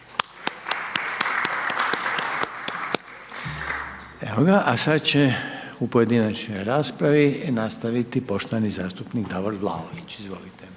Evo ga, a sada će u pojedinačnoj raspravi, nastaviti poštovani zastupnik Davor Vlaović, izvolite.